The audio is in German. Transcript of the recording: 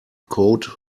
code